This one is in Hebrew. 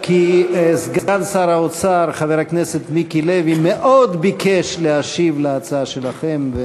כי סגן שר האוצר חבר הכנסת מיקי לוי מאוד ביקש להשיב על ההצעה שלכם.